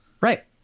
Right